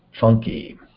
funky